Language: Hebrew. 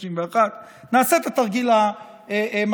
61. נעשה את התרגיל המתמטי.